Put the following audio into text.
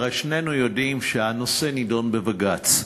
הרי שנינו יודעים שהנושא נדון בבג"ץ.